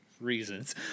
reasons